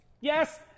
Yes